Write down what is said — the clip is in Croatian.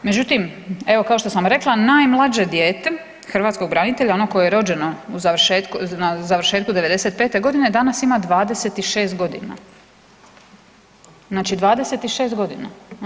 Međutim, evo kao što sam rekla najmlađe dijete hrvatskog branitelja ono koje je rođeno na završetku 95. godine danas ima 26 godina, znači, 26 godina.